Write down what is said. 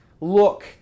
look